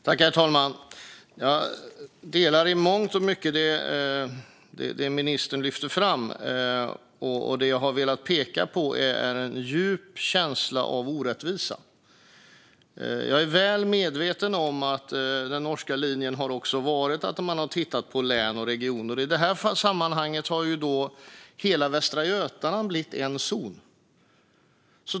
Herr talman! Jag håller i mångt och mycket med om det ministern lyfter fram. Det jag har velat peka på är en djup känsla av orättvisa. Jag är väl medveten om att den norska linjen har varit att titta på län och regioner. I det här sammanhanget har då hela Västra Götaland blivit en zon.